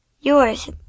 yours